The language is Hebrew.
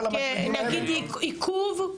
עיכוב?